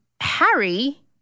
Harry